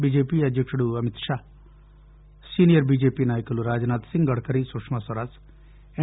BJP అధ్యకుడు అమిత్ష senior BJP నాయకులు రాజనాధ్సింగ్ గడ్కరీ సుష్మాస్వరాజ్ ఎన్